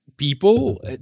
People